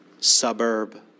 suburb